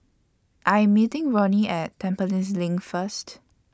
I Am meeting Ronin At Tampines LINK First